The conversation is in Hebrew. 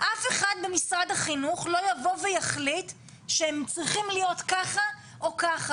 אף אחד במשרד החינוך לא יבוא ויחליט שהם צריכים להיות ככה או ככה